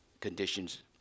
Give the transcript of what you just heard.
conditions